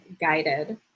Guided